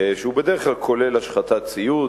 שבדרך כלל כולל השחתת ציוד,